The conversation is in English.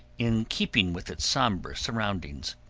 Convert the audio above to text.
in keeping with its somber surroundings,